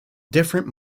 different